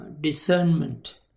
discernment